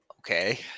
Okay